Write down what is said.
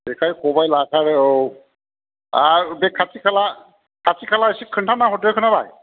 जेखाय खबाय लाफाखादो औ आर बे खाथि खाला खाथि खाला एसे खोन्थाना हरदो खोनाबाय